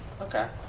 Okay